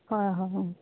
হয় হয় অঁ